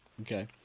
Okay